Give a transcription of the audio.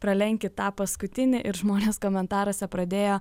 pralenkit tą paskutinį ir žmonės komentaruose pradėjo